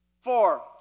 Four